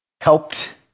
helped